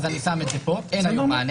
אז אני שם את זה פה, אין לנו מענה.